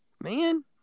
Man